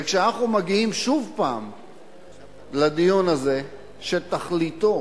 כשאנחנו מגיעים שוב לדיון הזה, שתכליתו